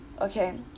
okay